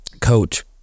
coach